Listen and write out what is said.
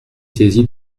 saisie